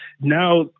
now